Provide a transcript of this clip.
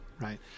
right